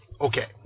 okay